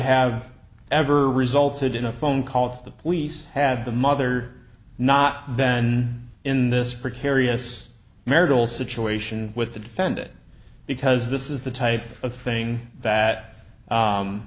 have ever resulted in a phone call to the police had the mother not been in this prepare eous marital situation with the defendant because this is the type of thing that